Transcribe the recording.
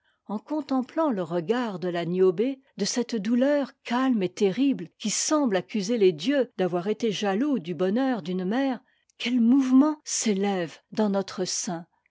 en contemplant le regard de ia'niobé de cette douleur calme et terrible qui semble accuser les dieux d'avoir été jaloux du bonheur d'une mère quel mouvement s'élève dans notre sein